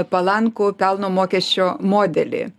palankų pelno mokesčio modelį